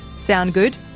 sound good?